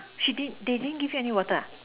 she did they didn't give you any water ah